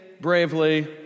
bravely